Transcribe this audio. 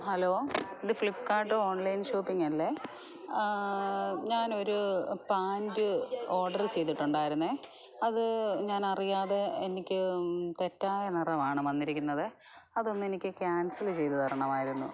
hello ഇത് Flipkart online shopping അല്ലേ ഞാൻ ഒരു പൻ്റ് ഓഡറ് ചെയ്തിട്ടുണ്ടായിരുന്നു അത് ഞാൻ അറിയാതെ എനിക്ക് തെറ്റായ നിറമാണ് വന്നിരിക്കുന്നത് അതൊന്ന് എനിക്ക് ക്യാൻസല് ചെയ്തു തരണമായിരുന്നു